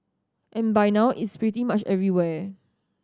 and by now it's pretty much everywhere